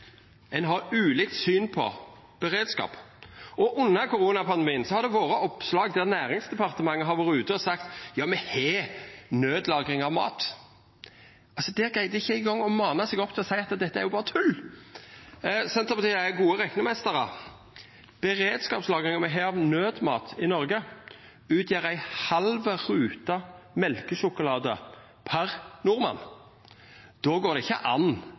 ein har ulikt syn på beredskap. Under koronapandemien har det vore oppslag der Næringsdepartementet har vore ute og sagt me har naudlagring av mat. Der greidde dei ikkje eingong å manna seg opp til å seia at dette er jo berre tull. Senterpartiet er gode reknemeistrar. Beredskapslagringa me har av naudmat i Noreg, utgjer ei halv rute mjølkesjokolade per nordmann. Då går det ikkje an